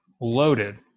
loaded